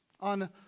on